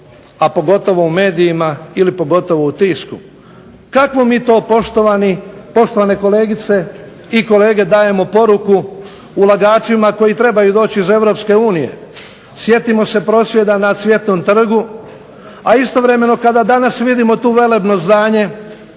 a pogotovo u medijima ili pogotovo u tisku. Kakvu mi to poštovane kolegice i kolege dajemo poruku ulagačima koji trebaju doći iz Europske unije. Sjetimo se prosvjeda na Cvjetnom trgu, a istovremeno kada danas vidimo tu velebno zdanje